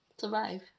survive